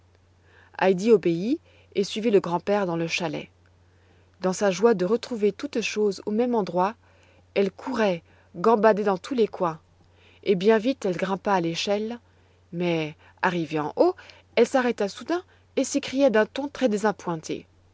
heidi obéit et suivit le grand-père dans le chalet dans sa joie de retrouver toutes choses au même endroit elle courait gambadait dans tous les coins et bien vite elle grimpa l'échelle mais arrivée en haut elle s'arrêta soudain et s'écria d'un ton très désappointé